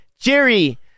Jerry